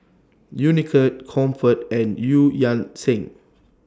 Unicurd Comfort and EU Yan Sang